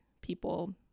people